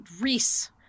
Reese